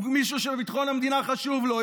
מישהו שביטחון המדינה חשוב לו,